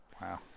Wow